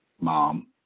mom